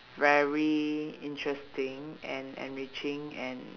very interesting and enriching and